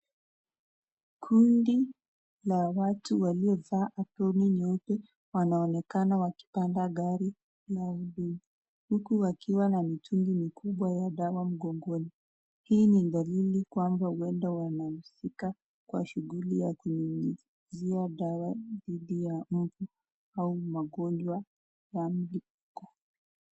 Kundi la watu waliofaa ambroni nyeupe wanaonekana wakipanda gari na huku wakiwa na mitungi mkubwa ya dawa mgongoni, hii ni dalili kwamba huenda wanamsika kwa shuguli ya kunyunyizia dawa dhidi ya au magonjwa yameibuka.